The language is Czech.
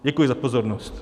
Děkuji za pozornost.